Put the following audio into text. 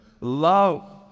Love